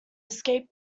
escape